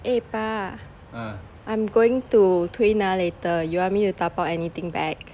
eh pa I'm going to 推拿 later you me to 打包 anything back